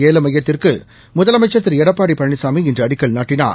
ஒகுர் ஏலமையத்திற்குமுதலமைச்சர் திரு எடப்பாடிபழனிசாமி இன்றுஅடிக்கல் நாட்டினார்